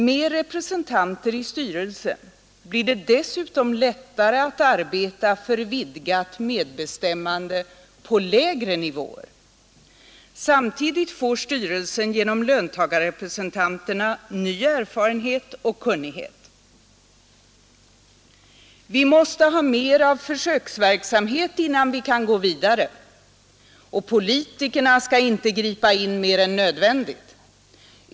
Med representanter i styrelsen blir det dessutom lättare att arbeta för vidgat medbestämmande på lägre nivåer. Samtidigt får styrelsen genom löntagarrepresentanterna ny erfarenhet och kunnighet. Vi måste ha mer av försöksverksamhet innan vi kan gå vidare. Och politikerna skall inte gripa in mer än nödvändigt.